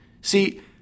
See